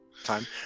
time